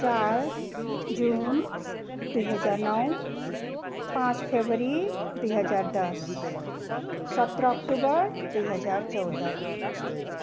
चार जुन दुई हजार नौ पाँच फरवरी दुई हजार दस सत्र अक्टोबर दुई हजार चौध